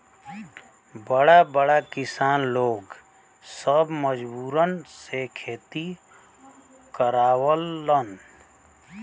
बड़ा बड़ा किसान लोग सब मजूरन से खेती करावलन